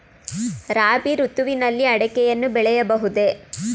ರಾಬಿ ಋತುವಿನಲ್ಲಿ ಅಡಿಕೆಯನ್ನು ಬೆಳೆಯಬಹುದೇ?